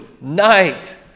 night